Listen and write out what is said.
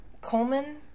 Coleman